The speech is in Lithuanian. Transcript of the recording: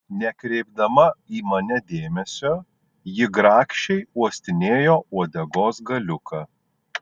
nekreipdama į mane dėmesio ji grakščiai uostinėjo uodegos galiuką